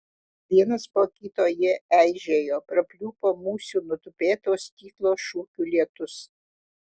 vienas po kito jie eižėjo prapliupo musių nutupėto stiklo šukių lietus